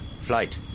flight